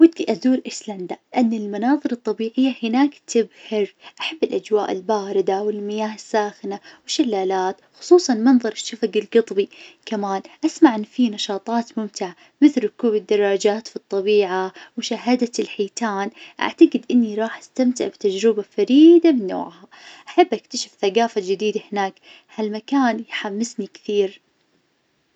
ودي أزور أيسلندا لأن المناظر الطبيعية هناك تبهر. أحب الأجواء الباردة والمياه الساخنة والشلالات خصوصا منظر شفق القطبي. كمان أسمع إن في نشاطات ممتعة مثل ركوب الدراجات في الطبيعة ومشاهدة الحيتان أعتقد إني راح استمتع بتجربة فريدة من نوعها. أحب اكتشف ثقافة جديدة هناك ها المكان يحمسني كثير.